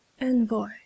Envoy